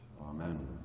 Amen